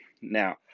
Now